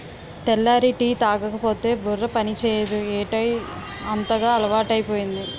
తెల్లారి టీ తాగకపోతే బుర్ర పనిచేయదు ఏటౌ అంతగా అలవాటైపోయింది